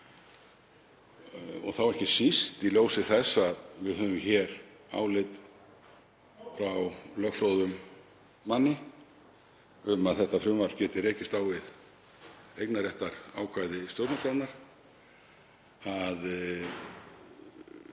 og þá ekki síst í ljósi þess að við höfum hér álit frá lögfróðum manni um að þetta frumvarp geti rekist á eignarréttarákvæði stjórnarskrárinnar, að